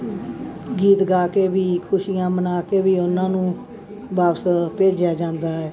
ਗੀਤ ਗਾ ਕੇ ਵੀ ਖੁਸ਼ੀਆਂ ਮਨਾ ਕੇ ਵੀ ਉਹਨਾਂ ਨੂੰ ਵਾਪਸ ਭੇਜਿਆ ਜਾਂਦਾ ਹੈ